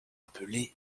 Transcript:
appelées